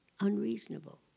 unreasonable